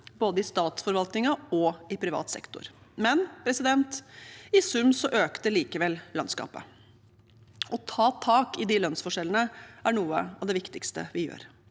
både i statsforvaltningen og i privat sektor. I sum økte likevel lønnsgapet. Å ta tak i de lønnsforskjellene er noe av det viktigste vi gjør.